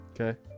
Okay